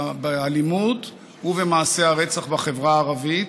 באלימות ובמעשי הרצח בחברה הערבית.